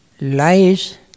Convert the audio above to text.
lies